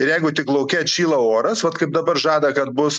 ir jeigu tik lauke atšyla oras vot kaip dabar žada kad bus